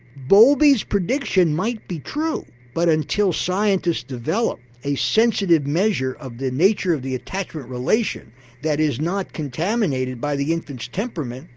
bowlby's prediction might be true but until scientists develop a sensitive measure of the nature of the attachment relation that is not contaminated by the infant's temperament,